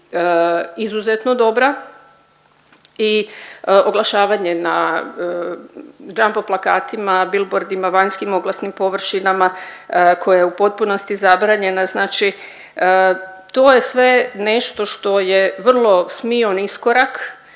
izuzetno dobra i oglašavanje na jumbo plakatima, bilboardima, vanjskim oglasnim površinama koja je u potpunosti zabranjena. Znači to je sve nešto što je smion iskorak